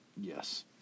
Yes